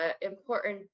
important